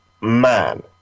man